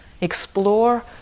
Explore